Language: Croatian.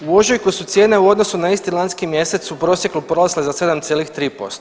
U ožujku su cijene u odnosu na isti lanjski mjesec u prosjeku porasle za 7,3%